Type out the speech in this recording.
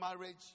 marriage